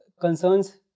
concerns